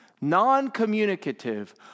non-communicative